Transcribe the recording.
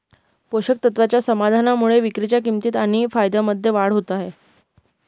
पोषक तत्वाच्या समाधानामुळे विक्रीच्या किंमतीत आणि फायद्यामध्ये वाढ होत आहे